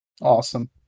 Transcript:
Awesome